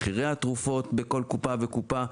מחירי התרופות בכל קופה וקופה,